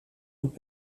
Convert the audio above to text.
und